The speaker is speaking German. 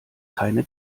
keine